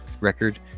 record